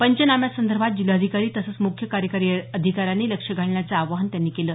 पंचनाम्यांसंदर्भात जिल्हाधिकारी तसंच मुख्य कार्यकारी अधिकाऱ्यांनी लक्ष घालण्याचं आवाहन त्यांनी केलं